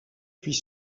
puis